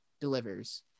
delivers